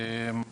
תשאיר כמו שזה.